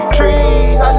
trees